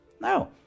No